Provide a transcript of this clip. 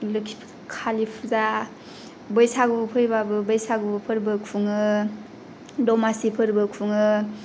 खालि फुजा बैसागु फैब्लाबो बैसागु फोरबो खुङो दमासि फोरबो खुङो